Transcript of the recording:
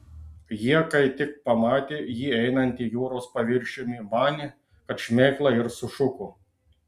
jie kai tik pamatė jį einantį jūros paviršiumi manė kad šmėkla ir sušuko